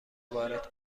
وارد